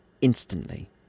instantly